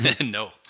No